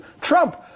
Trump